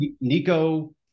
Nico